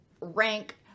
rank